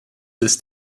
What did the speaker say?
ist